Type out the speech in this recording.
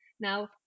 now